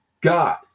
god